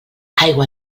aigua